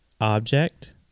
object